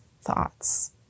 thoughts